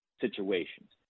situations